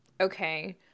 okay